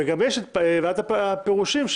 יש פירושים,